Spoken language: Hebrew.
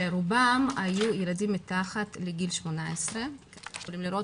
שרובם היו ילדים מתחת לגיל 18. יכולים לראות